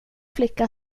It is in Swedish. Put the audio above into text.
flicka